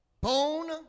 Bone